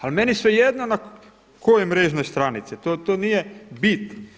Ali meni je svejedno na kojoj mrežnoj stranici, to nije bit.